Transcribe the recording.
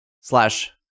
slash